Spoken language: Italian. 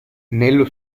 nello